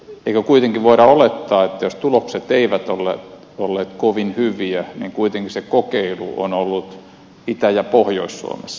eikö kuitenkin voida olettaa että jos tulokset eivät olleet kovin hyviä niin sillä on voinut olla vaikutusta että kuitenkin se kokeilu on ollut itä ja pohjois suomessa